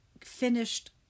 finished